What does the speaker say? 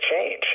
change